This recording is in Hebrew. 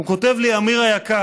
הוא כותב לי: אמיר היקר,